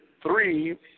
three